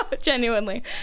genuinely